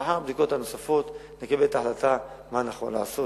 לאחר הבדיקות הנוספות נקבל את ההחלטה מה נכון לעשות,